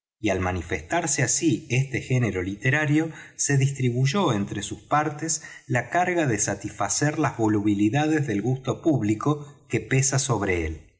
y al ramiñcárse asi este género literario se distribuyó entre sus partés la carga de satisfacer las volubilidades del gusto público que pesa sobre él